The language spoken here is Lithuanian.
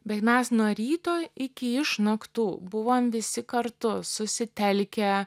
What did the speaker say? bet mes nuo ryto iki išnaktų buvom visi kartu susitelkę